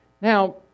Now